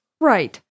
Right